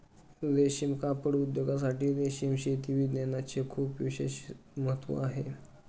रेशीम कापड उद्योगासाठी रेशीम शेती विज्ञानाचे खूप विशेष महत्त्व आहे